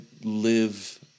live